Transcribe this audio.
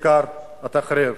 לכיכר תחריר.